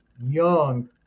young